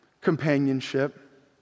Companionship